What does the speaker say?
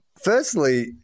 Firstly